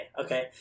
Okay